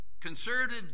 concerted